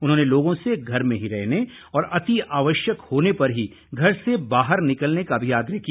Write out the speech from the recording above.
उन्होंने लोगों से घर में ही रहने और अति आवश्यक होने पर ही घर से बाहर निकलने का भी आग्रह किया